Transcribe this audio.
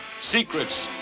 Secrets